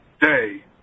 day